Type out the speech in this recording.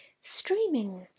streaming